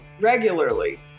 regularly